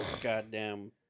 goddamn